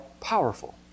powerful